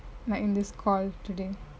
like in this call today